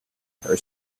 her